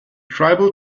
tribal